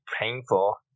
painful